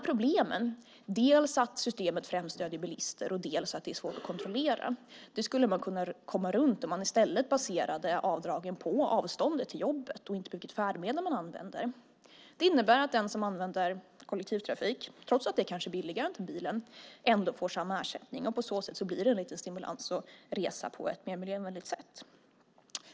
Problemen med att systemet dels främst stöder bilister, dels är svårt att kontrollera skulle man kunna komma runt om man i stället baserade avdragen på avståndet till jobbet och inte vilket färdmedel man använde. Det innebär att den som använder kollektivtrafik, trots att det kanske är billigare än att ta bilen, ändå får samma ersättning. På så sätt blir det en liten stimulans att resa på ett miljövänligt sätt.